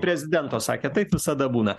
prezidento sakėt taip visada būna